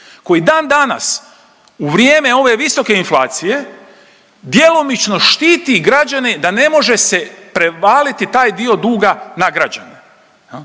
koji dan danas u vrijeme ove visoke inflacije djelomično štiti građane da ne može se prevaliti taj dio duga na građane.